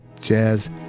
jazz